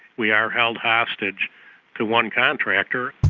we are held hostage to one contractor.